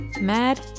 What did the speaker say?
mad